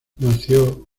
nació